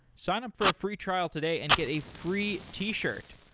signup for a free trial today and get a free t-shirt.